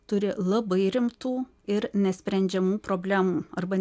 turi labai rimtų ir nesprendžiamų problemų arba